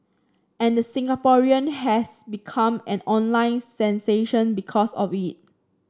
and the Singaporean has become an online sensation because of it